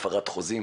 הפרת חוזים,